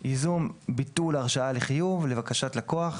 ייזום ביטול הרשאה לחיוב, לבקשת לקוח,